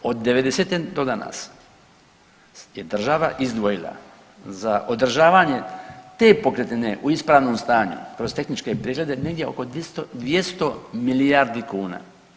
Od '90.-te do danas je država izdvojila za održavanje te pokretnine u ispravnom stanju kroz tehničke preglede negdje oko 200 milijardi kuna.